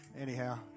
anyhow